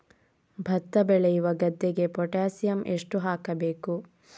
ಭತ್ತ ಬೆಳೆಯುವ ಗದ್ದೆಗೆ ಪೊಟ್ಯಾಸಿಯಂ ಎಷ್ಟು ಹಾಕಬೇಕು?